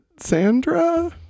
Sandra